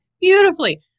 beautifully